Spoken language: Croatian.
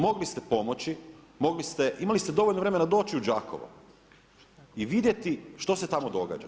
Mogli ste pomoći, imali ste dovoljno vremena doći u Đakovo i vidjeti što se tamo događa.